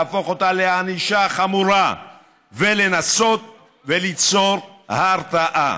להפוך אותה לענישה חמורה ולנסות ליצור הרתעה.